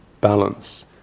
balance